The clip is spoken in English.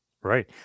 right